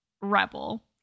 rebel